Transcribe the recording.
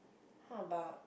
how about